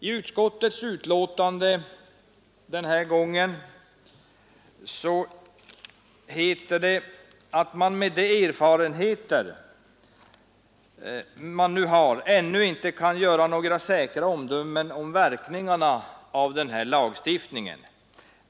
I utskottets betänkande den här gången heter det att man med de erfarenheter man nu har ännu inte kan avge några säkra omdömen om verkningarna av denna lagstiftning.